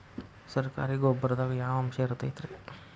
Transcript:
ಸರಕಾರಿ ಗೊಬ್ಬರದಾಗ ಯಾವ ಅಂಶ ಇರತೈತ್ರಿ?